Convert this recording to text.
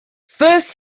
first